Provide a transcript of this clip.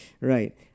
Right